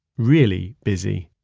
really busy.